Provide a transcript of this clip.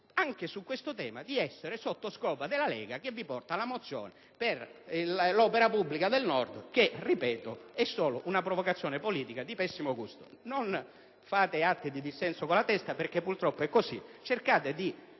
anche su questo tema sotto scopa della Lega che vi porta la mozione per l'opera pubblica del Nord che, ripeto, è solo una provocazione politica di pessimo gusto. Non fate gesti di dissenso con la testa, perché purtroppo è così, colleghi;